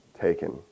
taken